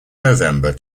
november